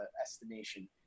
estimation